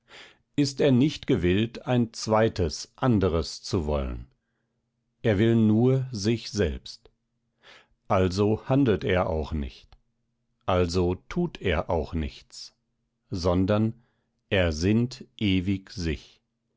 ist er nicht gewillt ein zweites anderes zu wollen er will nur sich selbst also handelt er auch nicht also tut er auch nichts sondern er sinnt ewig sich